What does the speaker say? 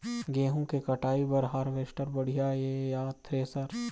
गेहूं के कटाई बर हारवेस्टर बढ़िया ये या थ्रेसर?